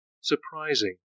surprising